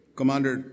commander